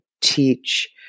teach